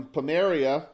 Pomeria